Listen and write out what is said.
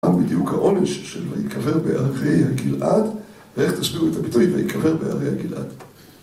בדיוק העונש של להיקבר בהרי הגלעד, ואיך תסבירו את הביטוי 'להיקבר בהרי הגלעד'